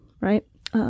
right